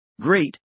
Great